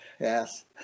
yes